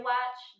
Watch